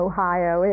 Ohio